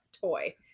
toy